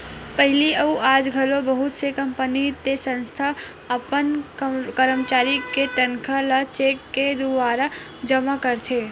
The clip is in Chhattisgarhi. पहिली अउ आज घलो बहुत से कंपनी ते संस्था ह अपन करमचारी के तनखा ल चेक के दुवारा जमा करथे